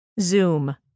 Zoom